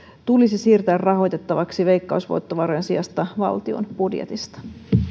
tulisi siirtää rahoitettavaksi veikkausvoittovarojen sijasta valtion budjetista